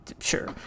Sure